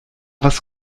was